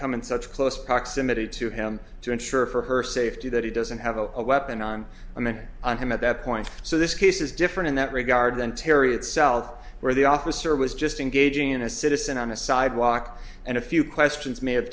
come in such close proximity to him to ensure for her safety that he doesn't have a weapon on a minute on him at that point so this case is different in that regard than terry itself where the officer was just engaging in a citizen on a sidewalk and a few questions may have